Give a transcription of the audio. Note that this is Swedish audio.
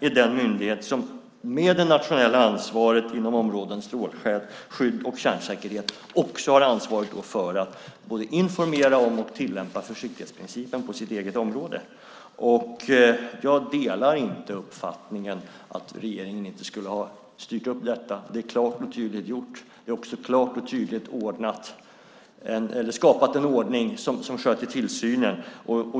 är den myndighet som med det nationella ansvaret inom områdena strålskydd och kärnsäkerhet också har ansvaret för att informera om och tillämpa försiktighetsprincipen på sitt eget område. Jag delar inte uppfattningen att regeringen inte har styrt upp detta. Det har gjorts klart och tydligt. Det har också klart och tydligt skapats en ordning som sköter tillsynen.